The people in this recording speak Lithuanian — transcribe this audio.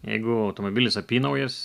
jeigu automobilis apynaujis